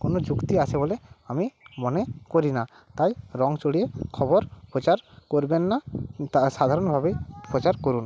কোনো যুক্তি আছে বলে আমি মনে করি না তাই রঙ চড়িয়ে খবর প্রচার করবেন না তা সাধারণভাবেই প্রচার করুন